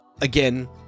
again